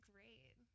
Great